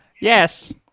Yes